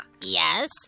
Yes